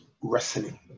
wrestling